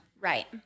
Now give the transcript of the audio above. Right